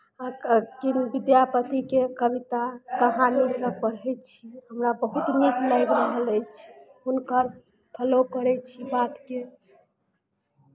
विद्यापतिके कविता कहानीसभ पढ़ै छी हमरा बहुत नीक लागि रहल अछि हुनकर फॉलो करै छी बातकेँ